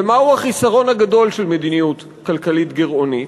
ומהו החיסרון הגדול של מדיניות כלכלית גירעונית?